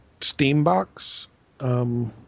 Steambox